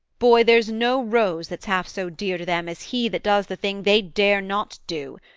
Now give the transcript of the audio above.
boy, there's no rose that's half so dear to them as he that does the thing they dare not do,